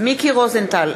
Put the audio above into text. מיקי רוזנטל,